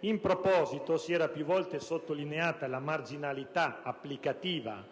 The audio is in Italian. In proposito, si era più volte sottolineata la marginalità applicativa